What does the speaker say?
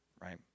Right